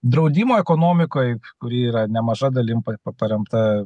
draudimo ekonomikoj kuri yra nemaža dalim pa paremta